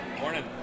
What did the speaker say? Morning